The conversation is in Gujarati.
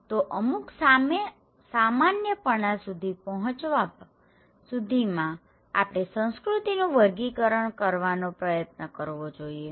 તો અમુક સામાન્યપણા સુધી પહોંચવા સુધીમાં આપણે સંસ્કૃતિનું વર્ગીકરણ કરવાનો પ્રયત્ન કરવો જોઈએ